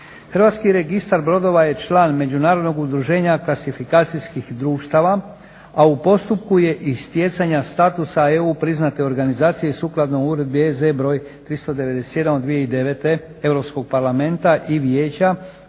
pomorskih brodova. HRB je član Međunarodnog udruženja klasifikacijskih društava, a u postupku je i stjecanja statusa EU priznate organizacije sukladno Uredbi EZ br. 391/2009 EU parlamenta